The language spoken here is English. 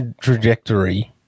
trajectory